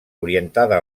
orientada